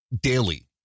daily